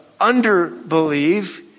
underbelieve